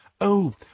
Oh